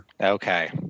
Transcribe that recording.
Okay